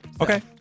Okay